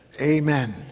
Amen